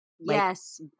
Yes